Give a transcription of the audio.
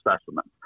specimens